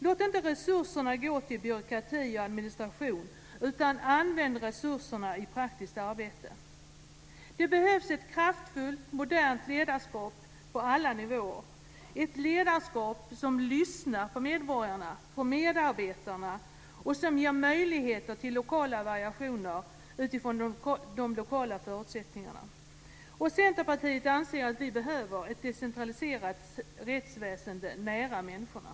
Låt inte resurserna gå till byråkrati och administration, utan använd resurserna i praktiskt arbete! Det behövs ett kraftfullt, modernt ledarskap på alla nivåer. Ett ledarskap som lyssnar på medborgarna och medarbetarna och som ger möjligheter till lokala variationer utifrån de lokala förutsättningarna. Centerpartiet anser att vi behöver ett decentraliserat rättsväsende nära människorna.